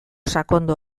sakondu